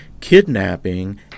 kidnapping